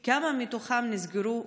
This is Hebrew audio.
5. כמה מתוכם נסגרו?